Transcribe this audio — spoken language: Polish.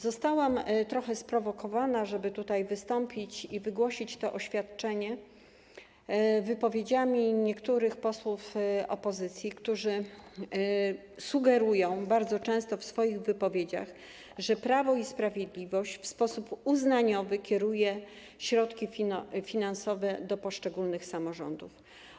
Zostałam trochę sprowokowana, żeby tutaj wystąpić i wygłosić to oświadczenie, wypowiedziami niektórych posłów opozycji, którzy sugerują bardzo często w swoich wypowiedziach, że Prawo i Sprawiedliwość w sposób uznaniowy kieruje środki finansowe do poszczególnych samorządów.